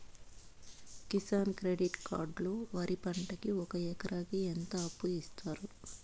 Kisan credit card లో వరి పంటకి ఒక ఎకరాకి ఎంత అప్పు ఇస్తారు?